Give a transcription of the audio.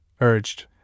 urged